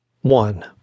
One